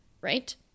right